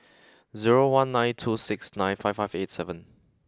zero one nine two six nine five five eight seven